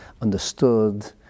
understood